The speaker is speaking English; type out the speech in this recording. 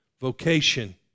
vocation